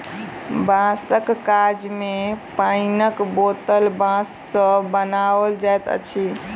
बाँसक काज मे पाइनक बोतल बाँस सॅ बनाओल जाइत अछि